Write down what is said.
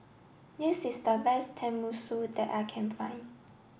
this is the best Tenmusu that I can find